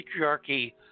patriarchy